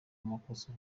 amakosa